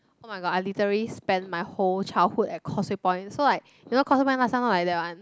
oh-my-god I literally spend my whole childhood at Causeway Point so like you know Causeway Point last time look like that one